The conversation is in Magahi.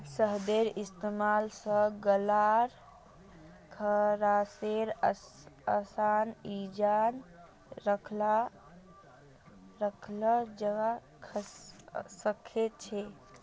शहदेर इस्तेमाल स गल्लार खराशेर असान इलाज कराल जबा सखछे